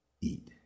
eat